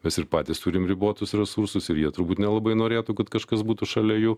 mes ir patys turim ribotus resursus ir jie turbūt nelabai norėtų kad kažkas būtų šalia jų